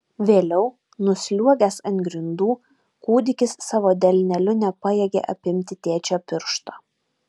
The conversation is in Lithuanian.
vėliau nusliuogęs ant grindų kūdikis savo delneliu nepajėgė apimti tėčio piršto